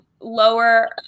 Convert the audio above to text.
lower